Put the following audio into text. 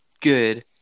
good